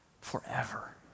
forever